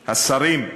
השרים,